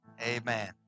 amen